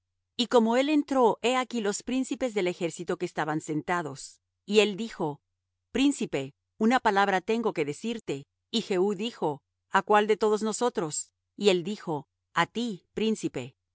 y como él entró he aquí los príncipes del ejército que estaban sentados y él dijo príncipe una palabra tengo que decirte y jehú dijo a cuál de todos nosotros y él dijo a ti príncipe